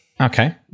Okay